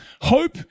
Hope